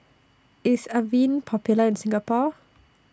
IS Avene Popular in Singapore